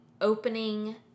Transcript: opening